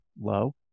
low